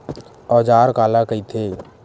औजार काला कइथे?